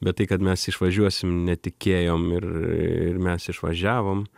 bet tai kad mes išvažiuosim netikėjom ir ir mes išvažiavom